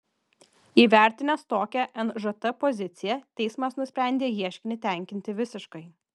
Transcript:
įvertinęs tokią nžt poziciją teismas nusprendė ieškinį tenkinti visiškai